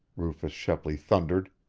rufus shepley thundered.